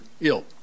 ill